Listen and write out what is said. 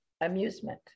Amusement